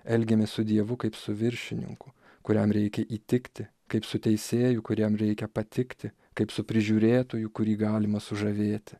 elgiamės su dievu kaip su viršininku kuriam reikia įtikti kaip su teisėju kuriam reikia patikti kaip su prižiūrėtoju kurį galima sužavėti